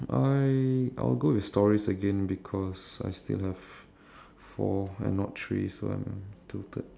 I I will go with stories again because I still have four and not three so I'm tilted